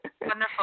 Wonderful